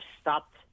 stopped –